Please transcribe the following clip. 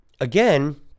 again